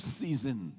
season